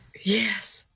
yes